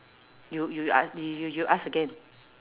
you you ask me you you ask again